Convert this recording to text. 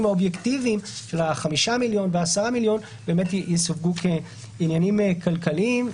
האובייקטיביים של ה-5 מיליון וה-10 מיליון יסווגו כעניינים כלכליים?